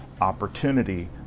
opportunity